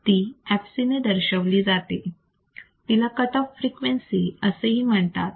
ती fc ने दर्शवली जाते तिला कट ऑफ फ्रिक्वेन्सी असेही म्हणतात